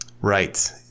Right